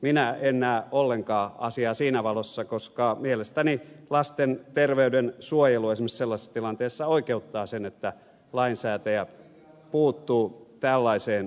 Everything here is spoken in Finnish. minä en näe ollenkaan asiaa siinä valossa koska mielestäni lasten terveyden suojelu esimerkiksi sellaisessa tilanteessa oikeuttaa sen että lainsäätäjät puuttuvat tällaiseen käyttäytymiseen